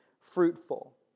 fruitful